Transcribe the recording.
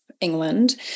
England